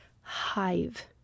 hive